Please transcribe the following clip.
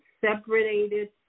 separated